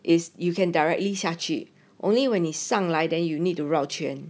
is you can directly 下去 only when 你上来 then you need to 绕圈